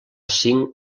cinc